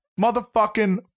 Motherfucking